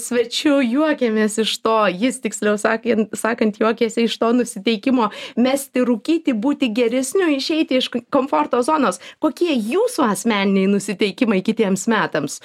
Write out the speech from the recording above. svečiu juokėmės iš to jis tiksliau sakė sakant juokėsi iš to nusiteikimo mesti rūkyti būti geresniu išeiti iš k komforto zonos kokie jūsų asmeniniai nusiteikimai kitiems metams